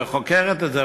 וחוקרת את זה,